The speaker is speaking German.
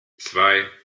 zwei